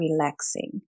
relaxing